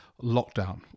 lockdown